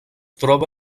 troba